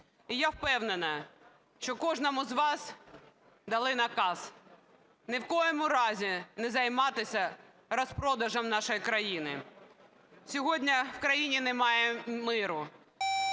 І я впевнена, що кожному з вас дали наказ: ні в якому разі не займатися розпродажем нашої країни. Сьогодні в країні немає миру.